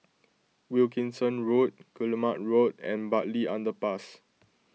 Wilkinson Road Guillemard Road and Bartley Underpass